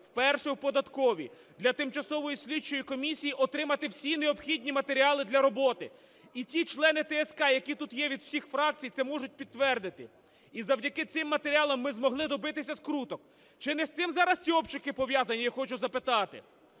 вперше в податковій для Тимчасової слідчої комісії отримати всі необхідні матеріали для роботи. І ті члени ТСК, які тут є від усіх фракцій, це можуть підтвердити. І завдяки цим матеріалам ми змогли добитися скруток. Чи не з цим зараз ці обшуки пов'язані, я хочу запитати?